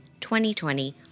2020